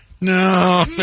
No